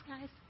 guys